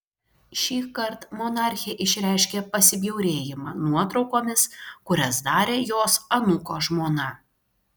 šįkart monarchė išreiškė pasibjaurėjimą nuotraukomis kurias darė jos anūko žmona